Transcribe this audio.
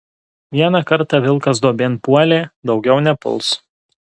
vieną kartą vilkas duobėn puolė daugiau nepuls